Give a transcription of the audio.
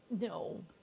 No